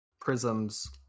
prisms